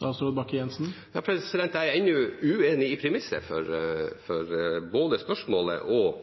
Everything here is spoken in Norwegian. Jeg er ennå uenig i premisset for både spørsmålet og